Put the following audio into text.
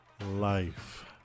life